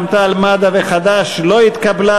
רע"ם-תע"ל-מד"ע וחד"ש לא התקבלה.